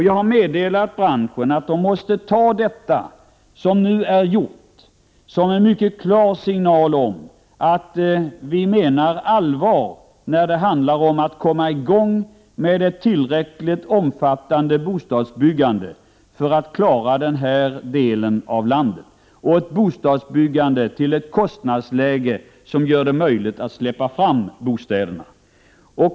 Jag har meddelat branschen att de åtgärder som nu beslutats måste tas som en mycket klar signal om att vi menar allvar med att man måste komma i gång med ett tillräckligt omfattande bostadsbyggande för att klara denna del av landet och att kostnadsläget skall vara sådant att man kan släppa fram bostadsbyggandet.